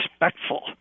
respectful